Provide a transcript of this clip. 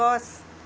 গছ